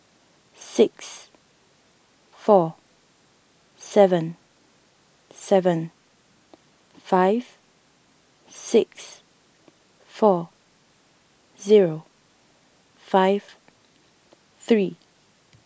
six four seven seven five six four zero five three